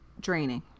draining